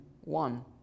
one